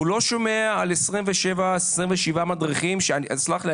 הוא לא שומע על 27 מדריכים וסלח לי,